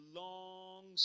long